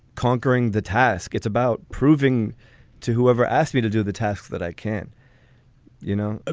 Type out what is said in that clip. conquering the task. it's about proving to whoever asked me to do the tasks that i can you know, ah